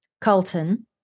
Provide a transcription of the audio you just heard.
Carlton